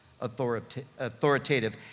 authoritative